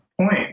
point